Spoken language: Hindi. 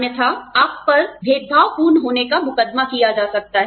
अन्य था आप पर भेदभाव पूर्ण होने का मुकदमा किया जा सकता है